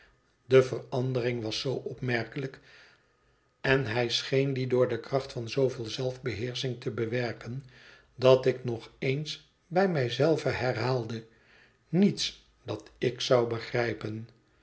de verandering was zoo opmerkelijk en hij scheen die door de kracht van zooveel zelfbeheersching te bewerken dat ik nog eens bij mij zelve herhaalde niets dat ik zou begrijpen